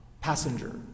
passenger